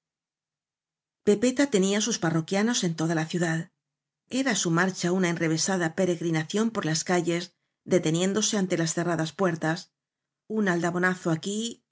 pepeta tenía sus parroquianos en toda la ciudad era su marcha una enrevesada peregri nación por las calles deteniéndose ante las ce rradas puertas un aldabonazo aquí